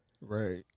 Right